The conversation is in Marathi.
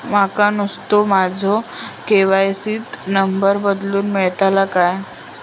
माका नुस्तो माझ्या के.वाय.सी त नंबर बदलून मिलात काय?